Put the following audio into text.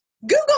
Google